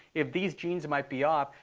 if these genes might be off,